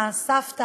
לסיים.